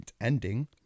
ending